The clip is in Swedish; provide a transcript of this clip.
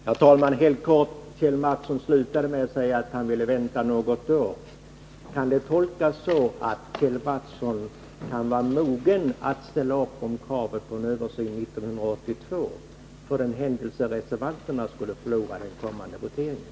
Herr talman! Kjell Mattsson slutade med att säga att han ville vänta något år. Kan det tolkas så att han kan vara mogen att ställa upp på en översyn 1982 för den händelse reservanterna skulle förlora den kommande voteringen?